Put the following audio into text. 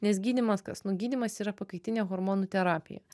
nes gydymas kas nu gydymas yra pakaitinė hormonų terapija